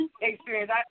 experience